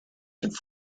should